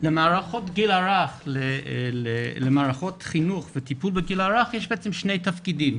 למערכות חינוך וטיפול בגיל הרך יש בעצם שני תפקידים.